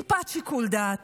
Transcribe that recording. טיפת שיקול דעת.